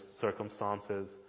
circumstances